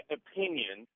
opinion